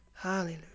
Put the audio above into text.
hallelujah